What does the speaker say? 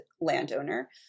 landowner